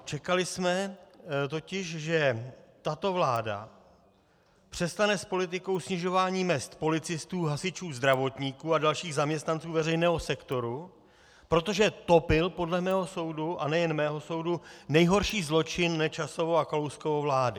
Čekali jsme totiž, že tato vláda přestane s politikou snižování mezd policistů, hasičů, zdravotníků a dalších zaměstnanců veřejného sektoru, protože to byl podle mého soudu, a nejen mého soudu, nejhorší zločin Nečasovy a Kalouskovy vlády.